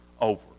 over